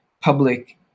public